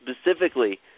specifically